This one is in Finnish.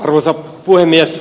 arvoisa puhemies